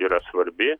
yra svarbi